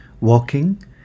walking